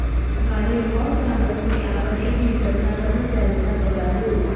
माले बॉस सांगस की आपण एकमेकेसना कर्मचारीसना पगार दिऊत